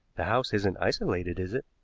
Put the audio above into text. the house isn't isolated, is it?